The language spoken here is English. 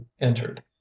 entered